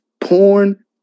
porn